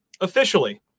officially